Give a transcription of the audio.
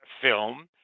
film